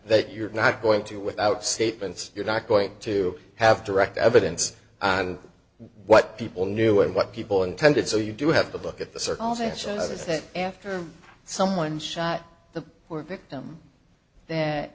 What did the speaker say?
that you're not going to without statements you're not going to have direct evidence on what people knew and what people intended so you do have to look at the circles and showed others that after someone shot the poor victim that